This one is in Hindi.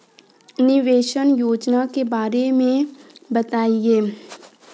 निवेश योजना के बारे में बताएँ?